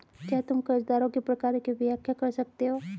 क्या तुम कर्जदारों के प्रकार की व्याख्या कर सकते हो?